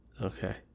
okay